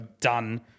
Done